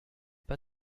pas